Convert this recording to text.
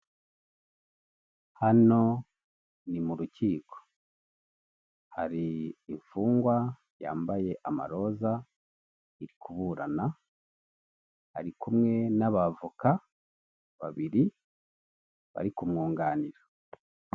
Hano ni mu rukiko, hari imfungwa yambaye amaroza, iri kuburana, ari kumwe n'abavoka babiri barikumwunganira.